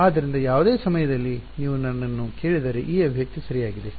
ಆದ್ದರಿಂದ ಯಾವುದೇ ಸಮಯದಲ್ಲಿ ನೀವು ನನ್ನನ್ನು ಕೇಳಿದರೆ ಈ ಅಭಿವ್ಯಕ್ತಿ ಸರಿಯಾಗಿದೆ